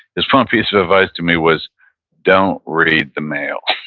his one piece of advice to me was don't read the mail,